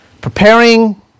preparing